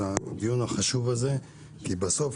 על הדיון החשוב הזה כי בסוף,